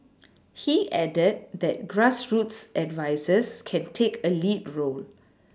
he added that grassroots advisers can take a lead role